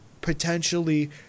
potentially